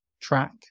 track